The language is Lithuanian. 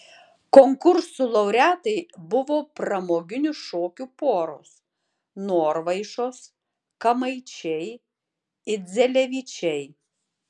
konkursų laureatai buvo pramoginių šokių poros norvaišos kamaičiai idzelevičiai